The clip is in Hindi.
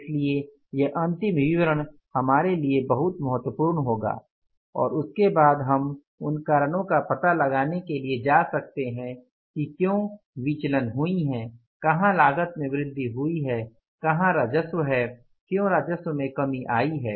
इसलिए यह अंतिम विवरण हमारे लिए बहुत महत्वपूर्ण होगा और उसके बाद हम उन कारणों का पता लगाने के लिए जा सकते हैं कि क्यों विचलन हुई हैं कहाँ लागत में वृद्धि हुई है कहाँ राजस्व है क्यों राजस्व में कमी आई है